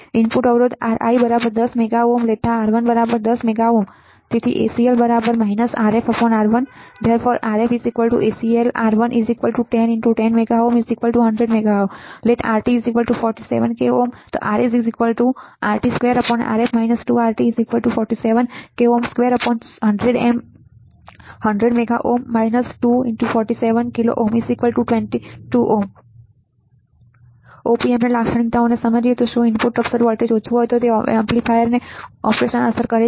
input અવરોધ Ri 10MΩ લેતા R1 10 MΩ Op amp લાક્ષણિકતાઓને સમજવું શું ઇનપુટ ઓફસેટ વોલ્ટેજ ઓછું હોય તો એમ્પ્લીફાયર ઓપરેશનને અસર કરે છે